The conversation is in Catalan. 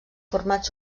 formats